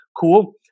cool